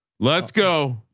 let's go.